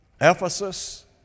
Ephesus